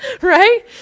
right